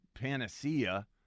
panacea